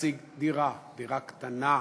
להשיג דירה, דירה קטנה.